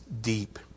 deep